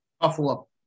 Buffalo